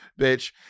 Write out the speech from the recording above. bitch